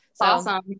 Awesome